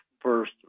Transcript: first